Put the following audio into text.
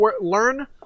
Learn